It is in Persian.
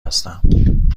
هستم